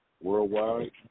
worldwide